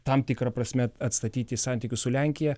tam tikra prasme atstatyti santykius su lenkija